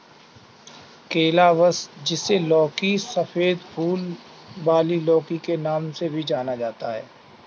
calabash, जिसे लौकी, सफेद फूल वाली लौकी के नाम से भी जाना जाता है